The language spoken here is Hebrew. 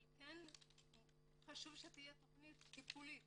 אבל חשוב שתהיה תכנית טיפולית